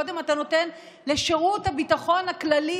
קודם אתה נותן לשירות הביטחון הכללי,